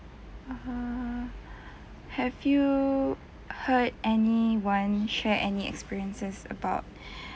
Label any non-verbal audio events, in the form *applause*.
uh have you heard anyone share any experiences about *breath*